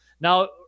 now